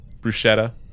Bruschetta